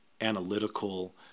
analytical